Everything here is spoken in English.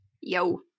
Yo